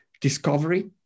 discovery